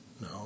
No